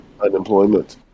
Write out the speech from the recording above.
unemployment